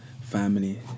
family